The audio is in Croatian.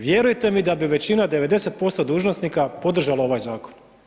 Vjerujte mi da bi većina, 90% dužnosnika podržalo ovaj zakon.